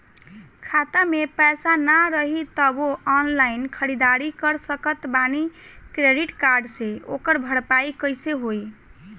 खाता में पैसा ना रही तबों ऑनलाइन ख़रीदारी कर सकत बानी क्रेडिट कार्ड से ओकर भरपाई कइसे होई?